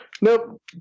Nope